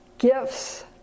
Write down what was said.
gifts